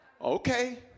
Okay